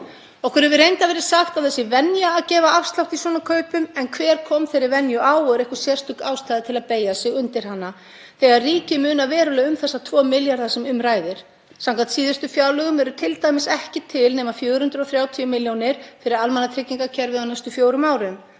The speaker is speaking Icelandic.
Okkur hefur reyndar verið sagt að það sé venja að gefa afslátt í svona kaupum. En hver kom þeirri venju á og er einhver sérstök ástæða til að beygja sig undir hana? Þegar ríkið munar verulega um þessa 2 milljarða sem um ræðir samkvæmt síðustu fjárlögum eru t.d. ekki til nema 430 milljónir fyrir almannatryggingakerfið á næstu fjórum árum.